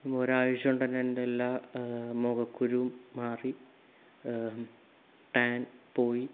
ഒരാഴ്ചകൊണ്ടുതന്നെ എൻ്റെ എല്ലാ മുഖക്കുരുവും മാറി ടാൻ പോയി